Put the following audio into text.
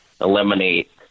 eliminate